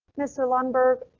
mr lundberg,